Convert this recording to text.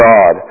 God